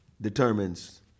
determines